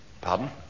pardon